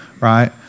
Right